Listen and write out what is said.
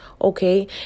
okay